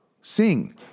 Sing